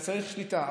אתה צריך שליטה.